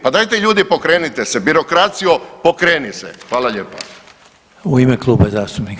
Pa dajte ljudi pokrenite se, birokracijo pokreni se.